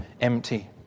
empty